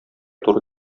туры